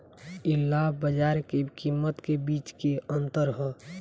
इ लाभ बाजार के कीमत के बीच के अंतर ह